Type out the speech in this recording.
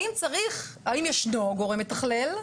האם ישנו גורם מתכלל.